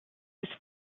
who